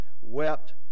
wept